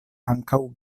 ankaŭ